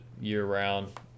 year-round